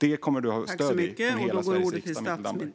Detta kommer du att ha stöd i från hela Sveriges riksdag, Mikael Damberg.